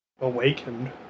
awakened